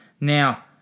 Now